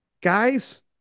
guys